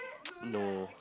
no